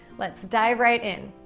let's dive right in.